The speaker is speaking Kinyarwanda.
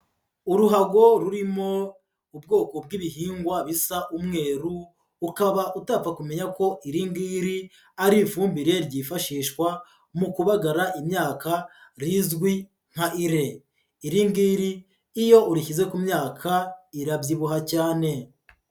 Uruhago rurimo ubwoko bw'ibihingwa bisa umweru ukaba utapfa kumenya ko iri ingiri ari ifumbire ryifashishwa mu kubagara imyaka rizwi nka urée. Iri ngiri iyo urishyize ku myaka irabyibuha cyane.